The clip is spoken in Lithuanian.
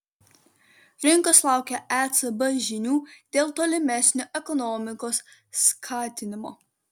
rinkos laukia ecb žinių dėl tolimesnio ekonomikos skatinimo